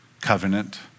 covenant